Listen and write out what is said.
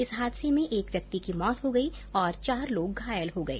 इस हादसे में एक व्यक्ति की मौत हो गई और चार लोग घायल हो गए